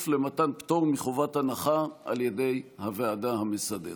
למתן פטור מחובת הנחה על ידי הוועדה המסדרת.